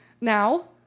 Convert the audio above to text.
Now